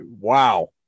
Wow